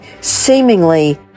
seemingly